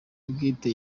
ubwite